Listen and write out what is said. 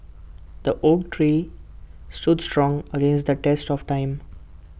the oak tree stood strong against the test of time